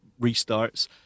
restarts